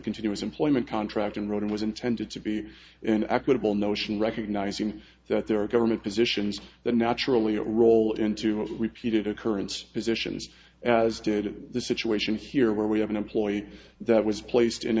continuous employment contract in writing was intended to be an equitable notion recognizing that there are government positions that naturally all rolled into a repeated occurrence positions as did the situation here where we have an employee that was placed in